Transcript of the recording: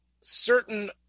certain